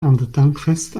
erntedankfest